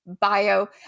bio